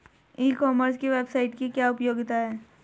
ई commerce की website की क्या उपयोगिता है?